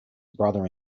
brother